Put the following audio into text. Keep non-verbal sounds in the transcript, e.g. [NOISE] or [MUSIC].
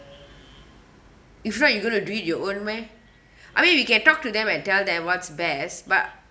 if not you going to do it your own meh [BREATH] I mean we can talk to them and tell them what's best but